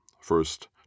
first